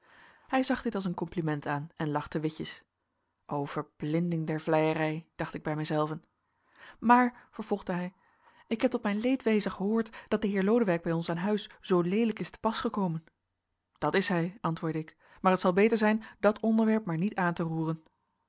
hij zag dit als een compliment aan en lachte witjes o verblinding der vleierij dacht ik bij mijzelven maar vervolgde hij ik heb tot mijn leedwezen gehoord dat de heer lodewijk bij ons aan huis zoo leelijk is te pas gekomen dat is hij antwoordde ik maar het zal beter zijn dat onderwerp maar niet aan te roeren